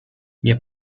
nie